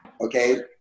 okay